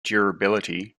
durability